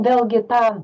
vėlgi tą